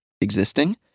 existing